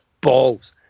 balls